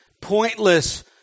pointless